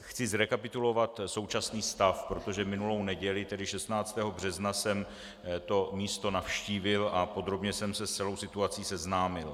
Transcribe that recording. Chci zrekapitulovat současný stav, protože minulou neděli, tedy 16. března, jsem to místo navštívil a podrobně jsem se s celou situací seznámil.